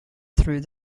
through